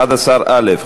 11א,